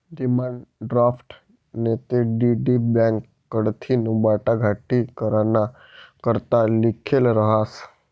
demand draft नैते DD bank कडथीन वाटाघाटी कराना करता लिखेल रहास